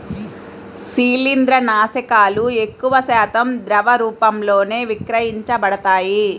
శిలీంద్రనాశకాలు ఎక్కువశాతం ద్రవ రూపంలోనే విక్రయించబడతాయి